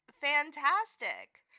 fantastic